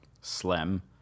slim